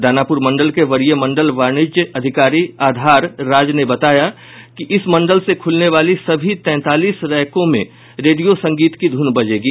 दानापुर मंडल के वरीय मंडल वाणिज्य अधिकारी आधार राज ने बताया कि इस मंडल से खुलने वाली सभी तैंतालीस रैकों में रेडियो संगीत की ध्रन बजेगी